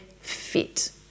fit